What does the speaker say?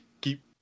Keep